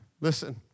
Listen